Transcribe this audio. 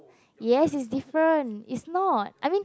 yes is different is not I mean